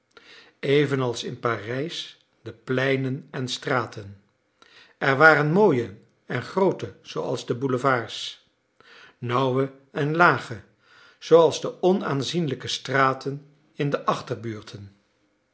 evenals in parijs de pleinen en straten er waren mooie en groote zooals de boulevards nauwe en lage zooals de onaanzienlijke straten in de achterbuurten